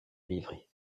livré